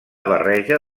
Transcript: barreja